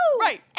Right